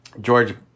George